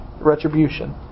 retribution